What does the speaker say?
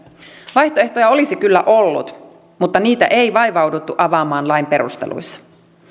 vaihtoehtoja olisi kyllä ollut mutta niitä ei vaivauduttu avaamaan lain perusteluissa